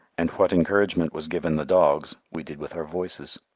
and what encouragement was given the dogs we did with our voices.